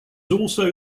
also